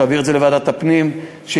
להעביר את הנושא לוועדת הפנים,